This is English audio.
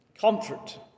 Comfort